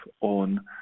on